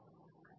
8